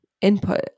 input